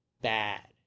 Bad